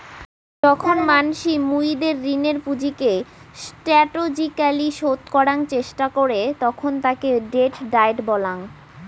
যখন মানসি মুইদের ঋণের পুঁজিকে স্টাটেজিক্যলী শোধ করাং চেষ্টা করে তখন তাকে ডেট ডায়েট বলাঙ্গ